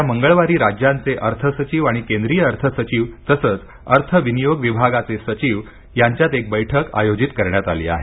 येत्या मंगळवारी राज्यांचे अर्थसचिव आणि केंद्रीय अर्थसचिव तसंच अर्थ विनियोग विभागाचे सचिव यांच्यात एक बैठक आयोजित करण्यात आली आहे